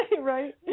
right